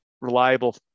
reliable